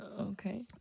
Okay